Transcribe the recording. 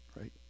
right